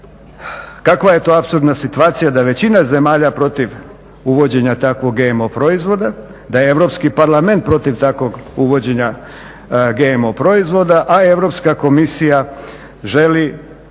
kakva je to apsurdna situacija da većina zemalja protiv uvođenja takvog GMO proizvoda, da je Europski parlament protiv takvog uvođenja GMO proizvoda, a Europska komisija želi